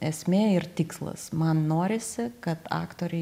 esmė ir tikslas man norisi kad aktoriai